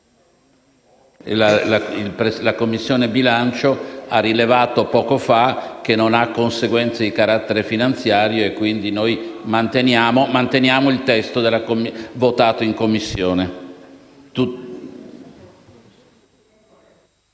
la Commissione bilancio ha rilevato che ciò non ha conseguenze di carattere finanziario e, quindi, manteniamo il testo votato in Commissione.